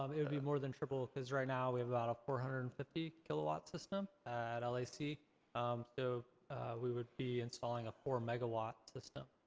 um it would be more than triple, cause right now we have about a four hundred and fifty kilowatt system at like lac. um so we would be installing a four megawatt system.